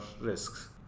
risks